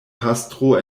pastro